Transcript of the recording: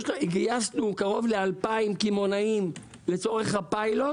גייסנו קרוב ל-2,000 קמעונאים לצורך הפיילוט.